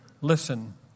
Listen